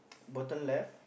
bottom left